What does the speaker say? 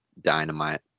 Dynamite